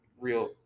real